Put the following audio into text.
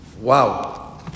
Wow